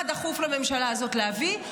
מה דחוף לממשלה הזאת להביא?